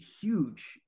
huge